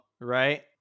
right